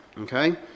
okay